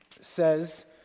says